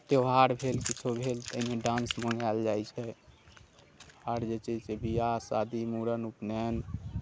त्योहार भेल किछो भेल ताहिमे डांस मङ्गायल जाइ छै आओर जे छै से विवाह शादी मूड़न उपनयन